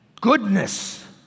Goodness